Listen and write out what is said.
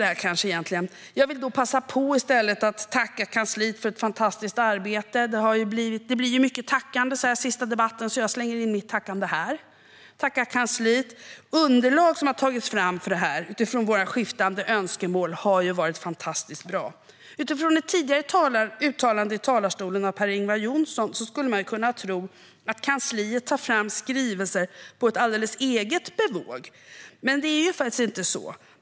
Jag vill i stället passa på att tacka kansliet för ett fantastiskt arbete. Det blir mycket tackande så här i den sista debatten, så jag slänger in mitt tackande här. Jag tackar kansliet. De underlag som har tagits fram för detta utifrån våra skiftande önskemål har varit fantastiskt bra. Utifrån ett tidigare uttalande i talarstolen av Per-Ingvar Johnsson skulle man kunna tro att kansliet tar fram skrivelser helt på eget bevåg, men så är det faktiskt inte.